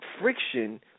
friction